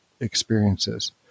experiences